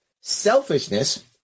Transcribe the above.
Selfishness